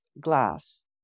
glass